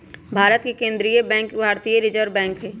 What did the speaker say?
भारत के केंद्रीय बैंक भारतीय रिजर्व बैंक हइ